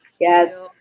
Yes